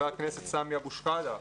סמי אבו שחאדה,